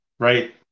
Right